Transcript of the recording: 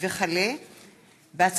יואב בן